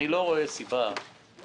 אני לא רואה סיבה שבגינה